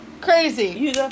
Crazy